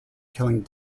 killing